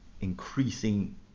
increasing